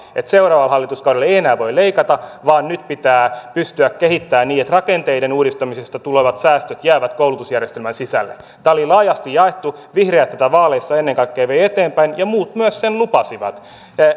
että seuraavalla hallituskaudella ei enää voi leikata vaan nyt pitää pystyä kehittämään niin että rakenteiden uudistamisesta tulevat säästöt jäävät koulutusjärjestelmän sisälle tämä oli laajasti jaettu vihreät tätä vaaleissa ennen kaikkea veivät eteenpäin ja muut myös sen lupasivat